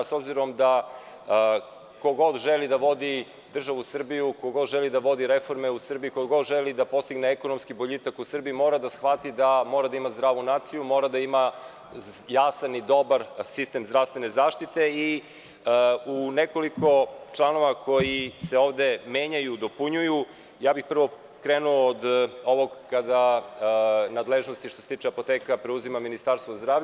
S obzirom da, ko god želi da vodi državu Srbiju, ko god želi da vodi reforme u Srbiji, ko god želi da postigne ekonomski boljitak u Srbiji mora da shvati da mora da ima zdravu naciju, mora da ima jasan i dobar sistem zdravstvene zaštite i u nekoliko članova koji se ovde menjaju, dopunjuju ja bih prvo krenuo od ovog, kada, nadležnosti što se tiče apoteka preuzima Ministarstvo zdravlja.